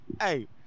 hey